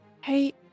Hey